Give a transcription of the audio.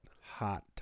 hot